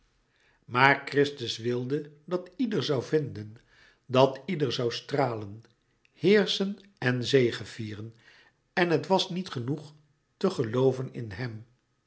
maar christus wilde dat ieder zoû vinden dat ieder zoû stralen heerschen en zegevieren en het was niet genoeg te gelooven in hem